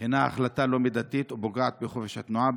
הינה החלטה לא מידתית ופוגעת בחופש התנועה,